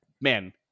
man